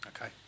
Okay